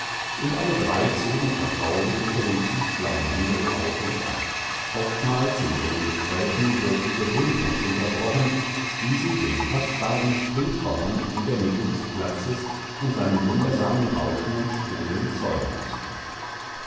und alle drei zogen vertraulich unter dem tiefblauen himmel auf und ab oftmals in ihren gesprächen durch die bewunderung unterbrochen die sie dem kostbaren springborn in der mitte des platzes und seinem wundersamen rauschen und sprudeln zollen mußten